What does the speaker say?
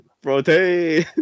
Protein